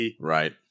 Right